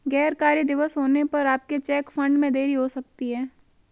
गैर कार्य दिवस होने पर आपके चेक फंड में देरी हो सकती है